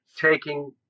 taking